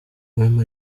wema